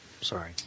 Sorry